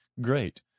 great